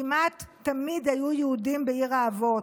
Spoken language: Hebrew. כמעט תמיד היו יהודים בעיר האבות.